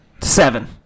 seven